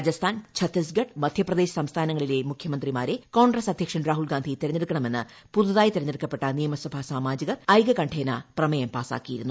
രാജസ്ഥാൻ ഛത്തീസ്ഗഡ് മധ്യപ്രദേശ് സംസ്ഥാനങ്ങളിലെ മുഖ്യമന്ത്രിമാരെ കോൺഗ്രസ് അദ്ധ്യക്ഷൻ രാഹുൽ ഗാന്ധി തെരഞ്ഞെടുക്കണമെന്നു പുതുതായി തെരഞ്ഞെടുപ്പെട്ട നിയമസഭാ സാമാജികർ ഐകകണ്ഠേന പ്രമേയം പാസ്സായിക്കിയിരുന്നു